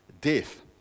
death